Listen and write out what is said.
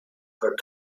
her